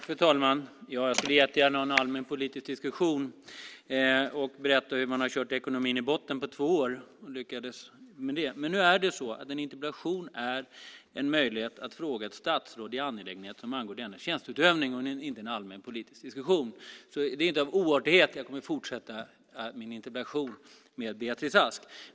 Fru talman! Jag skulle jättegärna ha en allmänpolitisk diskussion och berätta hur man har lyckats köra ekonomin i botten på två år, men en interpellation är en möjlighet att fråga statsråd i angelägenheter som angår deras tjänsteutövning. Det är inte en allmänpolitisk diskussion, så det är inte av oartighet jag kommer att fortsätta min interpellationsdebatt med Beatrice Ask.